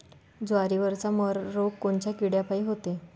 जवारीवरचा मर रोग कोनच्या किड्यापायी होते?